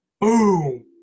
boom